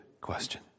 question